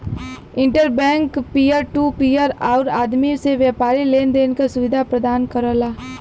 inter bank peer to peer आउर आदमी से व्यापारी लेन देन क सुविधा प्रदान करला